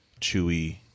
chewy